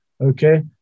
Okay